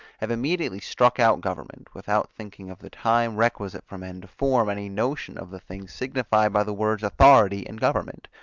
have immediately struck out government, without thinking of the time requisite for men to form any notion of the things signified by the words authority and government.